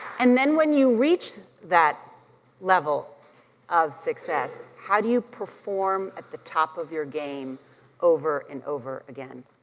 and then when you reach that level of success, how do you perform at the top of your game over and over again?